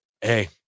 hey